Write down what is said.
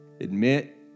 Admit